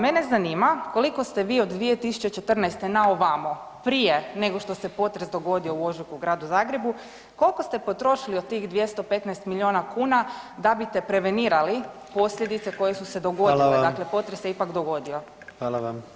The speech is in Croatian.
Mene zanima, koliko ste vi od 2014. na ovamo prije nego što se potres dogodio u ožujku u Gradu Zagrebu, koliko ste potrošili od tih 215 milijuna kuna da bite prevenirali posljedice koje su se dogodile [[Upadica: Hvala vam]] dakle, potres se ipak dogodio?